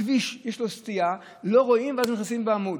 הכביש, יש לו סטייה, לא רואים, ואז נכנסים בעמוד.